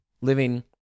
Living